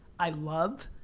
i love,